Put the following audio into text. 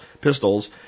pistols